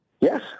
Yes